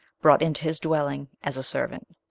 brought into his dwelling as a servant.